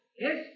Yes